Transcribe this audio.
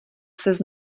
ses